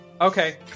Okay